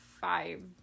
five